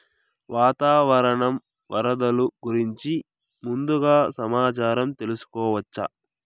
వాతావరణం వరదలు గురించి ముందుగా సమాచారం తెలుసుకోవచ్చా?